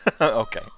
Okay